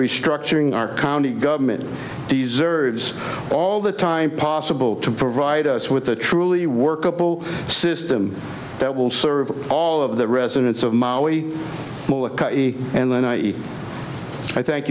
restructuring our county government these herbs all the time possible to provide us with a truly workable system that will serve all of the residents of maui and i e i thank